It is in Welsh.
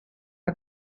mae